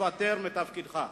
להתפטר מתפקידך.